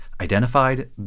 identified